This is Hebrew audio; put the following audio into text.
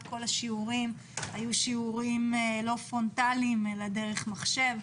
כל השיעורים היו שיעורים לא פרונטליים אלא דרך מחשב.